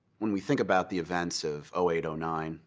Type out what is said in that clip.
when we think about the events of um eight, nine,